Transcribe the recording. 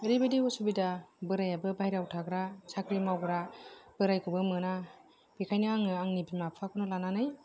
ओरैबायदि उसुबिदा बोरायाबो बायह्रायाव थाग्रा साख्रि मावग्रा बोरायखौबो मोना बेखायनो आङो आंनि बिमा बिफाखौनो लानानै